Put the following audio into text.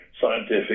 scientific